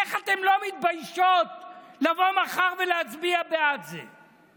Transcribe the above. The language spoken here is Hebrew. איך אתן לא מתביישות לבוא מחר ולהצביע בעד זה?